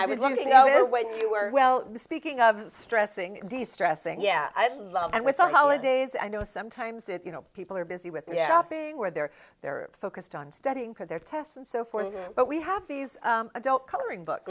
i would love you know when you were well speaking of stressing the stressing yeah i love and with the holidays i know sometimes that you know people are busy with yapping where they're they're focused on studying for their tests and so forth but we have these adult coloring books